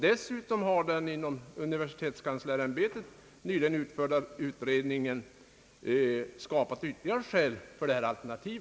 Dessutom har den inom universitetskanslersämbetet nyligen utförda utredningen skapat ytterligare skäl för detta alternativ.